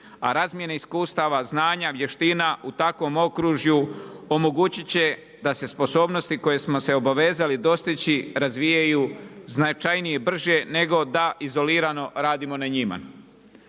a razmjene iskustava, znanja, vještina u takvom okružju omogućit će da se sposobnosti koje smo se obavezali dostići razvijaju značajnije, brže nego da izolirano radimo na njima.